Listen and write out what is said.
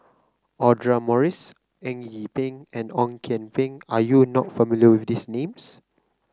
Audra Morrice Eng Yee Peng and Ong Kian Peng are you not familiar with these names